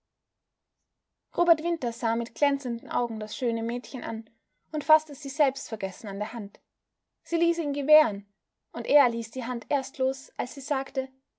robert winter sah mit glänzenden augen das schöne mädchen an und faßte sie selbstvergessen an der hand sie ließ ihn gewähren und er ließ die hand erst los als sie sagte